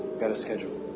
got a schedule.